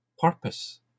purpose